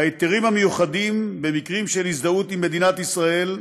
היתרים מיוחדים במקרים של הזדהות עם מדינת ישראל,